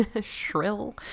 shrill